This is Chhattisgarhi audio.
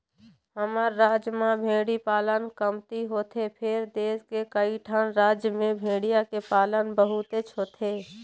हमर राज म भेड़ी पालन कमती होथे फेर देश के कइठन राज म भेड़िया के पालन बहुतेच होथे